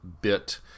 bit